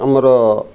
ଆମର